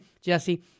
Jesse